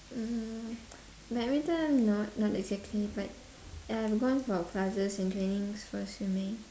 mm badminton not not exactly but uh I'm going for classes and trainings for swimming